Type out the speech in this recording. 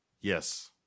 Yes